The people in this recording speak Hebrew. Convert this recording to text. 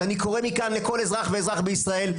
אז אני קורא מכאן לכל אזרח ואזרח מישראל,